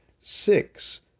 six